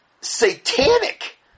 satanic